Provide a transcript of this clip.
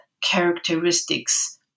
characteristics